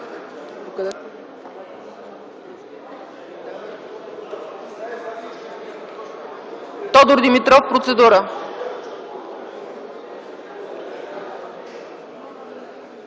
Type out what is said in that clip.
Тодор Димитров – процедура.